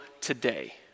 today